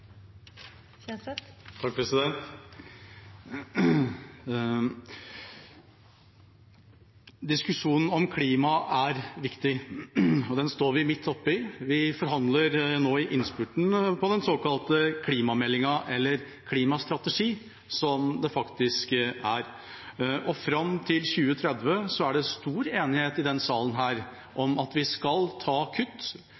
viktig, og den står vi midt oppi. Vi er nå i innspurten av forhandlingene om den såkalte klimameldingen, eller klimastrategien, som det faktisk er. Fram til 2030 er det stor enighet i